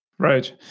Right